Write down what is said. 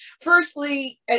firstly